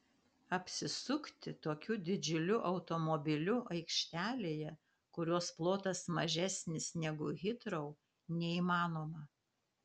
apsisukti tokiu didžiuliu automobiliu aikštelėje kurios plotas mažesnis negu hitrou neįmanoma